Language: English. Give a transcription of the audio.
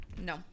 No